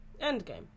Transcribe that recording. Endgame